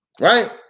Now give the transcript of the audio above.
Right